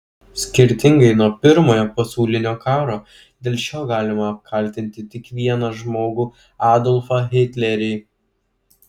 skirtingai nuo pirmojo pasaulinio karo dėl šio galima apkaltinti tik vieną žmogų adolfą hitlerį